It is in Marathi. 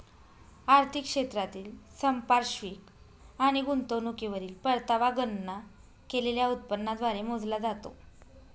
आर्थिक क्षेत्रातील संपार्श्विक आणि गुंतवणुकीवरील परतावा गणना केलेल्या उत्पन्नाद्वारे मोजला जातो